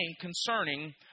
concerning